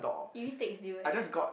irritates you eh